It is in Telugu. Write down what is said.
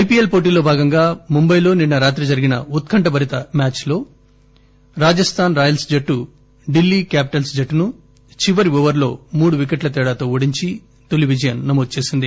ఐపీఎల్ పోటీల్లో భాగంగా ముంబైలో నిన్న రాత్రి జరిగిన ఉత్కంఠ భరిత మ్యాచ్ లో రాజస్థాస్ రాయల్స్ జట్టు ఢిల్లీ క్యాపిటల్స్ జట్టును చివరి ఓవర్లో మూడు వికెట్ట తేడాతో ఓడించి తొలీ విజయం నమోదు చేసింది